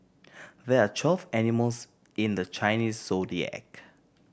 there are twelve animals in the Chinese Zodiac